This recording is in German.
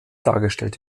dargestellt